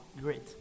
great